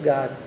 God